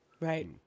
Right